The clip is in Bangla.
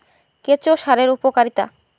কেঁচো সারের উপকারিতা?